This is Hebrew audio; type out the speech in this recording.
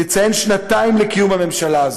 נציין שנתיים לקיום הממשלה הזאת.